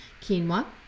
Quinoa